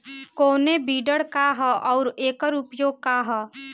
कोनो विडर का ह अउर एकर उपयोग का ह?